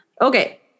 Okay